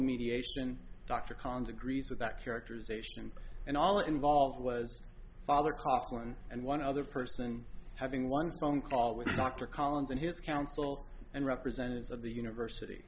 mediation dr collins agrees with that characterization and all involved was father cochran and one other person having one phone call with dr collins and his counsel and representatives of the university